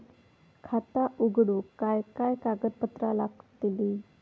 खाता उघडूक काय काय कागदपत्रा लागतली?